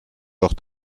doch